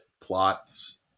plots